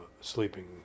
sleeping